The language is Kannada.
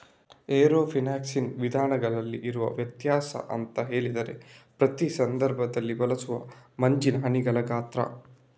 ಏರೋಫೋನಿಕ್ಸಿನ ವಿಧಗಳಲ್ಲಿ ಇರುವ ವ್ಯತ್ಯಾಸ ಅಂತ ಹೇಳಿದ್ರೆ ಪ್ರತಿ ಸಂದರ್ಭದಲ್ಲಿ ಬಳಸುವ ಮಂಜಿನ ಹನಿಗಳ ಗಾತ್ರ